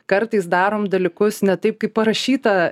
kartais darom dalykus ne taip kaip parašyta